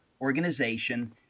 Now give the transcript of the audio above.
organization